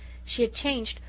she had changed,